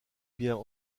bien